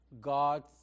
God